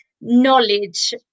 knowledge